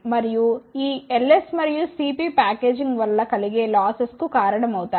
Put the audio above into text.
మరియు ఈ Ls మరియు Cp ప్యాకేజింగ్ వల్ల కలిగే లాసెస్ కు కారణమవుతాయి